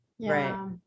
Right